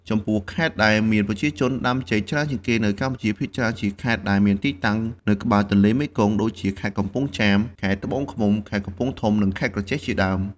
ចំពោះខេត្តដែលមានប្រជាជនដាំចេកច្រើនជាងគេនៅកម្ពុជាភាគច្រើនជាខេត្តដែលមានទីតាំងនៅក្បែរទន្លេមេគង្គ ដូចជា ខេត្តកំពង់ចាម ខេត្តត្បូងឃ្មុំ ខេត្តកំពង់ធំ និង ខេត្តក្រចេះជាដើម។